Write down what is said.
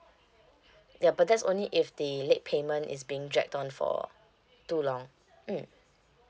ya but that's only if the late payment is being dragged on for too long mm